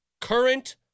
current